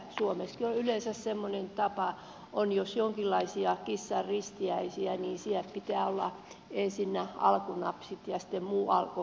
suomessakin on yleensä semmoinen tapa kun on jos jonkinlaisia kissanristiäisiä että siellä pitää olla ensinnä alkusnapsit ja sitten muu alkoholi